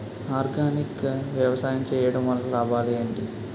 Organic గా వ్యవసాయం చేయడం వల్ల లాభాలు ఏంటి?